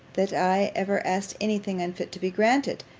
that i ever asked any thing unfit to be granted.